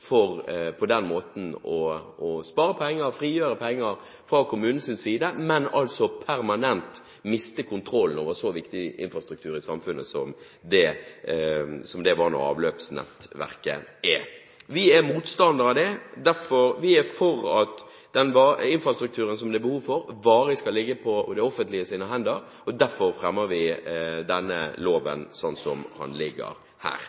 for på den måten å spare penger og frigjøre penger fra kommunens side – men altså permanent miste kontrollen over så viktig infrastruktur i samfunnet som det vann- og avløpsnettverket er. Vi er motstandere av det. Vi er for at den infrastrukturen som det er behov for, varig skal ligge på det offentliges hender, og derfor fremmer vi denne loven sånn som den ligger her.